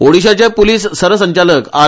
ओडिशाचे पुलिस सरसंचालक आर